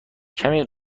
کمی